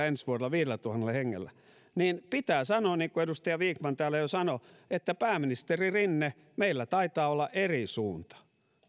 ensi vuonna viidellätuhannella hengellä niin pitää sanoa niin kuin edustaja vikman täällä jo sanoi että pääministeri rinne meillä taitaa olla eri suunta